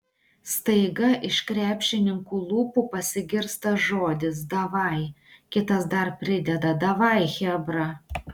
staiga iš krepšininkų lūpų pasigirsta žodis davai kitas dar prideda davai chebra